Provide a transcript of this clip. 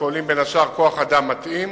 שכוללות בין השאר כוח-אדם מתאים,